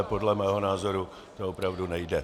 Podle mého názoru to opravdu nejde.